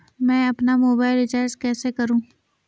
मैं अपना mobile recharge कैसे करूँ?